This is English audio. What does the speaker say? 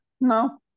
no